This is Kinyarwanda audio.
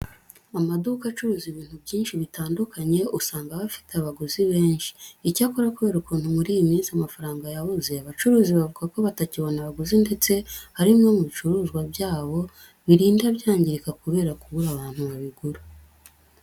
Amaduka acuruza ibintu byinshi bitandukanye usanga aba afite abaguzi benshi. Icyakora kubera ukuntu muri iyi minsi amafaranga yabuze, abacuruzi bavuga ko batakibona abaguzi ndetse hari bimwe mu bicuruzwa byabo birinda byangirika kubera kubura abantu babigura.